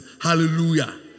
Hallelujah